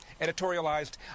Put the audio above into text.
editorialized